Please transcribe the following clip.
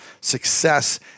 success